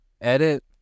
Edit